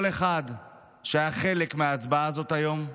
כל אחד שהיה חלק מההצבעה הזאת היום,